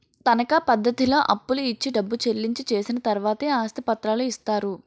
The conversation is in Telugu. తనకా పద్ధతిలో అప్పులు ఇచ్చి డబ్బు చెల్లించి చేసిన తర్వాతే ఆస్తి పత్రాలు ఇస్తారు